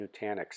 Nutanix